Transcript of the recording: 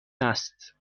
است